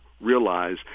realize